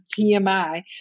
TMI